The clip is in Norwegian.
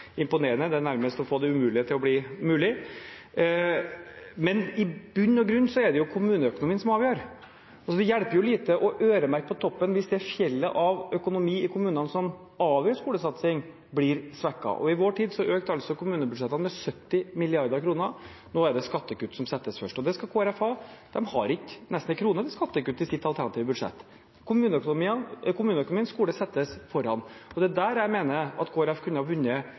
imponerende, det er nærmest å få det umulige til å bli mulig. Men i bunn og grunn er det kommuneøkonomien som avgjør. Det hjelper lite å øremerke på toppen hvis det fjellet av økonomi i kommunene som avgjør skolesatsing, blir svekket. I vår tid økte kommunebudsjettene med 70 mrd. kr. Nå er det skattekutt som settes først. Og det skal Kristelig Folkeparti ha, de har nesten ikke en krone til skattekutt i sitt alternative budsjett. Kommuneøkonomi og skole settes foran. Det er der jeg mener at Kristelig Folkeparti kunne vunnet